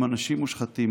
הם אנשים מושחתים,